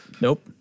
Nope